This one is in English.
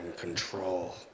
control